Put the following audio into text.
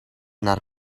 naar